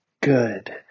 Good